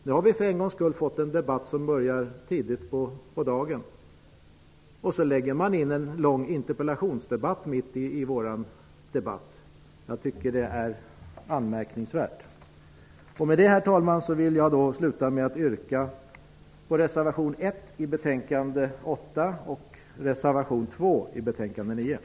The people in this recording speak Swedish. Nu har vi för en gångs skull fått börja tidigt på dagen. Då lägger man in en lång interpellationsdebatt mitt i vår debatt. Jag tycker att det är anmärkningsvärt. Herr talman! Med det anförda yrkar jag bifall till reservation nr 1 i bostadsutskottets betänkande nr 8 och till reservation nr 2 i betänkande nr 9.